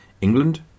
England